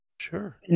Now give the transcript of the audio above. sure